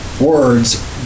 words